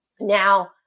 Now